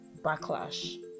backlash